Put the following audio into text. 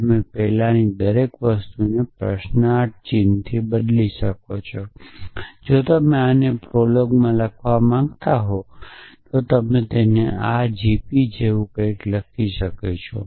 તમે તે પહેલાં દરેક વસ્તુને પ્રશ્નાર્થ ચિહ્નથી બદલી શકો છો જો તમે આને પ્રોલોગમાં લખવા માંગતા હો તો તમે તેને આ gp જેમ કંઇક લખો છો